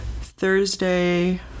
Thursday